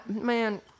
Man